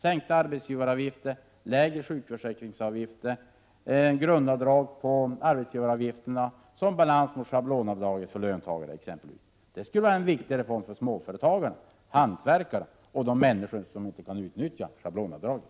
Sänkta arbetsgivaravgifter, lägre sjukförsäkringsavgifter och grundavdrag på arbetsgivaravgifterna som motsvarighet till schablonavdraget för löntagare skulle vara en viktig reform för småföretagarna, hantverkarna och dem som inte kan utnyttja schablonavdragen.